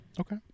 okay